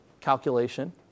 calculation